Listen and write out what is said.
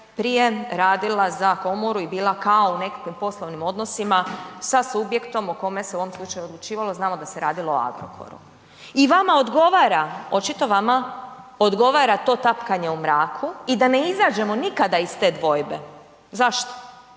prije radila za komoru i bila kao u nekakvim poslovnim odnosima sa subjektom o kome se u ovom slučaju odlučivalo, znamo da se radilo o Agrokoru. I vama odgovara, očitova vama odgovara to tapkanje u mraku i da ne izađemo nikada iz te dvojbe. Zašto?